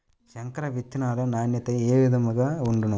సంకర విత్తనాల నాణ్యత ఏ విధముగా ఉండును?